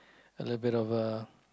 a little bit of a